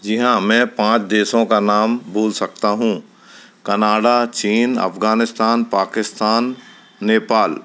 जी हाँ मैं पाँच देशों का नाम बोल सकता हूँ कनाडा चीन अफ़ग़ानिस्तान पाकिस्तान नेपाल